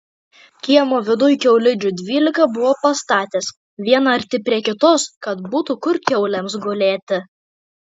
kiemo viduj kiaulidžių dvylika buvo pastatęs vieną arti prie kitos kad būtų kur kiaulėms gulėti